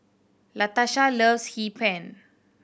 Latasha loves Hee Pan